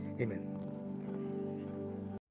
Amen